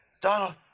Donald